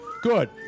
good